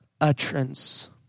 utterance